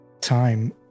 time